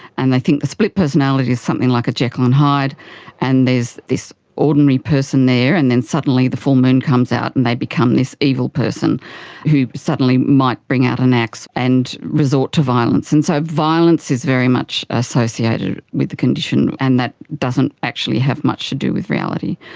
and they think the split personality is something like a jekyll and hyde and there's this ordinary person there and then suddenly the full moon comes out and they become this evil person who suddenly might bring out an axe and resort to violence. and so violence is very much associated with the condition, and that doesn't actually have much to do with reality.